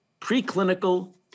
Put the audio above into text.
preclinical